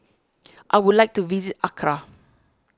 I would like to visit Accra